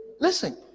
listen